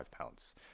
pounds